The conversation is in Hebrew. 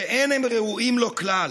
שאין הם ראויים לו כלל,